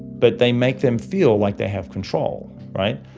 but they make them feel like they have control, right?